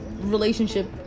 relationship